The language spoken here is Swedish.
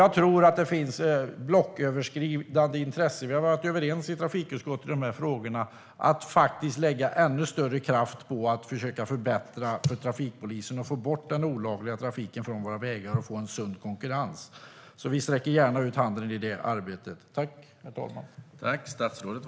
Jag tror att det finns ett blocköverskridande intresse. I trafikutskottet har vi varit överens i de här frågorna, om att lägga ännu större kraft på att försöka förbättra för trafikpolisen, att få bort den olagliga trafiken från våra vägar och få en sund konkurrens. Vi sträcker gärna ut handen i det arbetet.